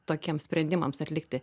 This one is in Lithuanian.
tokiem sprendimams atlikti